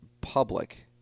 public